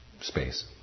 space